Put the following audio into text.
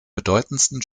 bedeutendsten